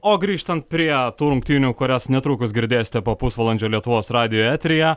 o grįžtant prie tų rungtynių kurias netrukus girdėsite po pusvalandžio lietuvos radijo eteryje